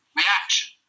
reaction